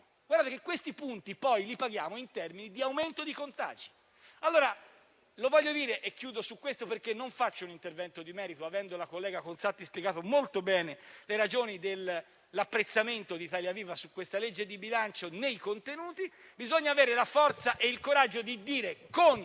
Sono punti che poi paghiamo in termini di aumento di contagi. Concludo sul punto, dal momento che non faccio un intervento di merito avendo la collega Conzatti spiegato molto bene le ragioni dell'apprezzamento di Italia Viva al disegno di legge di bilancio nei contenuti; bisogna avere la forza e il coraggio di dire con